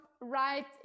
right